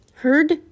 heard